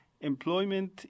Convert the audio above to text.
Employment